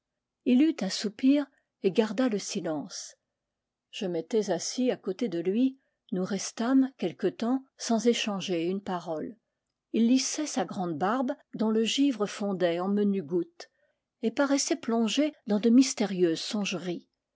eut un soupir et garda le silence je m'étais assis à côté de lui nous restâmes quelque temps sans échanger une parole il lissait sa grande barbe dont le givre fondait en menues gouttes et paraissait plongé dans de mystérieuses songeries